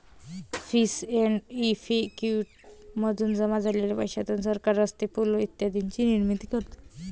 fees and effective मधून जमा झालेल्या पैशातून सरकार रस्ते, पूल इत्यादींची निर्मिती करते